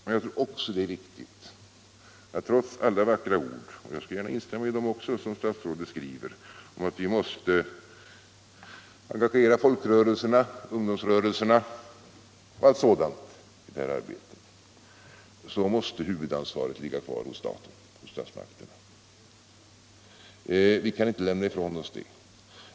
Men jag tror också att det är viktigt att trots alla vackra ord — och jag skall gärna också instämma i dem — som statsrådet skriver om att vi måste engagera folkrörelserna, ungdomsrörelserna och allt sådant i det här arbetet måste huvudansvaret ligga kvar hos staten och statsmakterna. Vi kan inte lämna ifrån oss det.